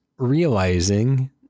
realizing